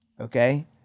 Okay